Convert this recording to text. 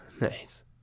Nice